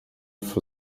for